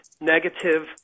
negative